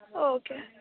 okay